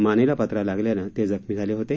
मानेला पत्रा लागल्यानं ते जखमी झाले होते